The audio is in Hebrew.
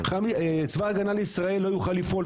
צבא הגנה לישראל לא יוכל לפעול.